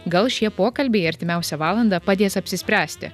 gal šie pokalbiai artimiausią valandą padės apsispręsti